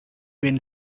win